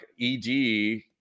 ED